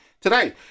today